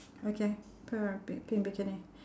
okay pink bikini